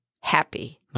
happy